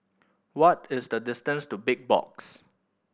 what is the distance to Big Box